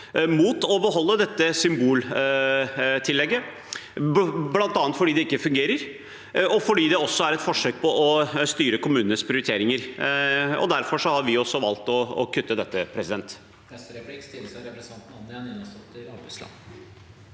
mot å beholde dette symboltillegget, bl.a. fordi det ikke fungerer, og fordi det også er et forsøk på å styre kommunenes prioriteringer. Derfor har vi valgt å kutte dette. Anja